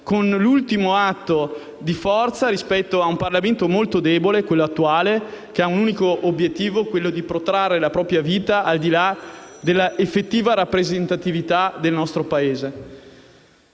con l'ultimo atto di forza rispetto a un Parlamento molto debole, quello attuale, che ha come unico obiettivo protrarre la propria vita al di là dell'effettiva rappresentatività del nostro Paese.